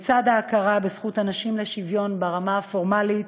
לצד ההכרה בזכות הנשים לשוויון ברמה פורמלית,